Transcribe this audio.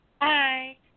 hi